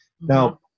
Now